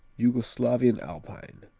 yugoslavian alpine